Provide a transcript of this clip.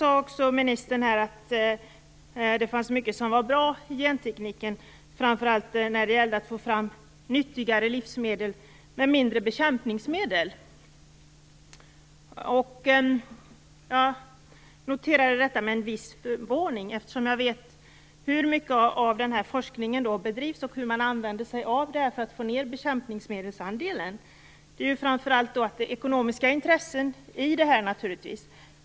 Sedan sade ministern att det fanns mycket som var bra i gentekniken, framför allt när det gällde att få fram nyttigare livsmedel med mindre bekämpningsmedel. Jag noterade detta med en viss förvåning, eftersom jag vet hur en stor del av den här forskningen bedrivs och hur man använder sig av det här för att få ned andelen bekämpningsmedel. Framför allt är det naturligtvis ekonomiska intressen i det här.